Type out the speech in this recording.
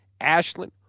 Ashland